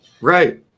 Right